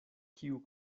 kiu